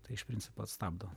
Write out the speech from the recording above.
tai iš principo stabdo